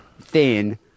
thin